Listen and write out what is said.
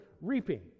reaping